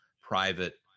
private